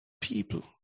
people